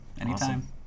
Anytime